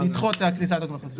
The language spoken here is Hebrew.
לדחות את הכניסה של החוק הזה.